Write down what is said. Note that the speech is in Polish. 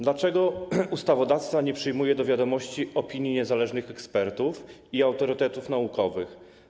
Dlaczego ustawodawca nie przyjmuje do wiadomości opinii niezależnych ekspertów i autorytetów naukowych?